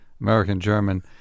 American-German